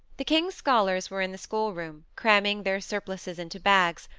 the king's scholars were in the schoolroom, cramming their surplices into bags,